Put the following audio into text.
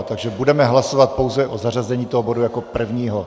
Takže budeme hlasovat pouze o zařazení toho bodu jako prvního.